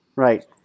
Right